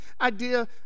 idea